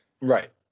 Right